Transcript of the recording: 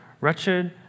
wretched